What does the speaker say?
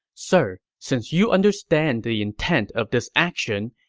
sir, since you understand the intent of this action,